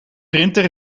printer